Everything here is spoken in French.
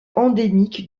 endémique